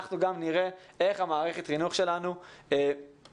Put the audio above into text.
אנחנו גם נראה איך מערכת החינוך שלנו מוודאת